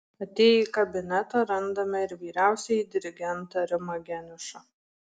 atėję į kabinetą randame ir vyriausiąjį dirigentą rimą geniušą